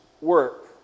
work